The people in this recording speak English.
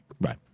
Right